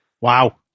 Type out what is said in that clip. Wow